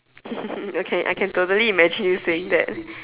okay I can totally imagine you saying that